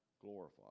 glorified